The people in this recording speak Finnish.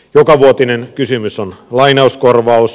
jokavuotinen kysymys on lainauskorvaus